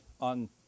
on